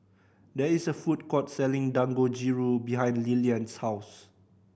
there is a food court selling Dangojiru behind Lilian's house